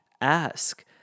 ask